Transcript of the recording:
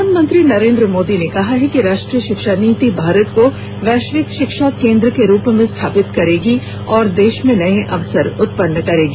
प्रधानमंत्री नरेन्द्र मोदी ने कहा है कि राष्ट्रीय शिक्षा नीति भारत को वैश्विक शिक्षा केन्द्र के रूप में स्थापित करेगी और देश में नए अवसर उत्पन्न करेगी